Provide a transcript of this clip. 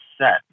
set